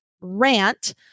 rant